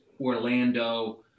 orlando